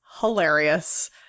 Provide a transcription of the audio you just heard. hilarious